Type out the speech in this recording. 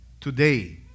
Today